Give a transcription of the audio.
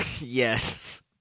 Yes